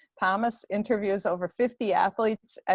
thomas interviews over fifty athletes,